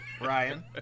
Ryan